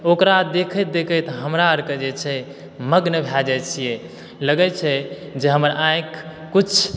ओकरा देखैत देखैत हमरा आरके जे छै मग्न भए जाइ छियै लगै छै जे हमर आँखि कुछ